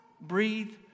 breathe